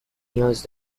نیاز